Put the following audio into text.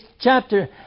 chapter